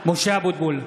(קורא בשמות חברי הכנסת) משה אבוטבול,